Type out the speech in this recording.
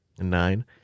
Nine